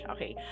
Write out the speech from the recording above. Okay